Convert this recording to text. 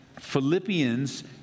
Philippians